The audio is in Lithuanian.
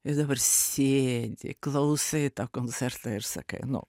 ir dabar sėdi klausai tą koncertą ir sakai nu